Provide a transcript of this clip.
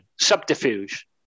subterfuge